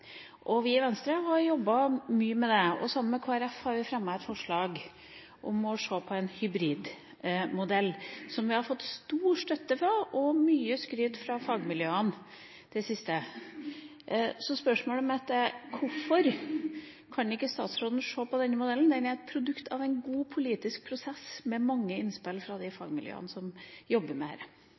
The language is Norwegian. Vi i Venstre har jobbet mye med det, og sammen med Kristelig Folkeparti har vi fremmet et forslag om å se på en hybridmodell, som vi har fått stor støtte til, og mye skryt for, fra fagmiljøene i det siste. Så spørsmålet mitt er: Hvorfor kan ikke statsråden se på denne modellen – den er et produkt av en god politisk prosess, med mange innspill fra de fagmiljøene som jobber med